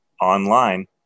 online